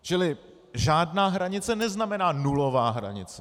Čili žádná hranice neznamená nulová hranice.